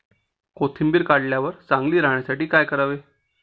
कोथिंबीर काढल्यावर चांगली राहण्यासाठी काय करावे?